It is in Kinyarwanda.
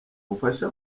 bufasha